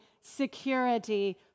security